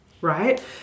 right